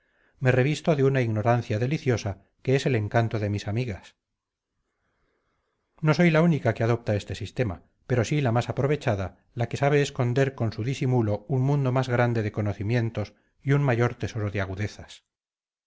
me revisto de una ignorancia deliciosa que es el encanto de mis amigas no soy la única que adopta este sistema pero sí la más aprovechada la que sabe esconder con su disimulo un mundo más grande de conocimientos y un mayor tesoro de agudezas